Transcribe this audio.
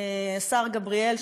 השר גבריאל,